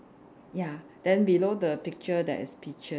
ya then below the picture there is peaches